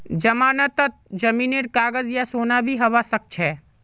जमानतत जमीनेर कागज या सोना भी हबा सकछे